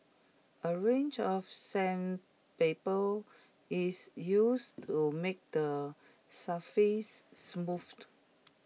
A range of sandpaper is used to make the surface smoothed